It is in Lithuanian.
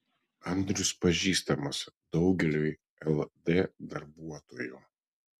andrius pažįstamas daugeliui ld darbuotojų